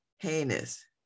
heinous